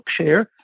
Bookshare